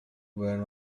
where